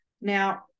Now